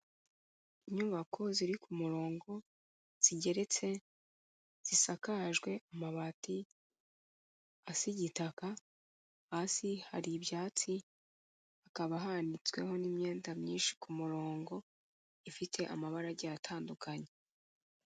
Inyubako ziri ku murongo zigeretse zisakajwe amabati asa igitaka, hasi hari ibyatsi hakaba hanitsweho n'imyenda myinshi ku murongo ifite amabara agiye atandukanye.